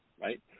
Right